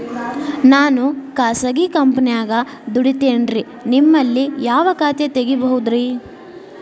ನಾನು ಖಾಸಗಿ ಕಂಪನ್ಯಾಗ ದುಡಿತೇನ್ರಿ, ನಿಮ್ಮಲ್ಲಿ ಯಾವ ಖಾತೆ ತೆಗಿಬಹುದ್ರಿ?